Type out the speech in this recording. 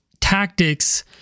tactics